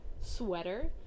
sweater